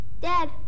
Dad